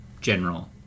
general